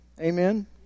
Amen